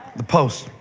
the post.